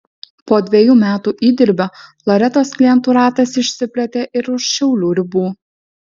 po dvejų metų įdirbio loretos klientų ratas išsiplėtė ir už šiaulių ribų